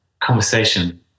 conversation